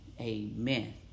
amen